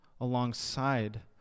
alongside